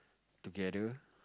together